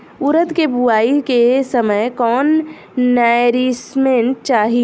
उरद के बुआई के समय कौन नौरिश्मेंट चाही?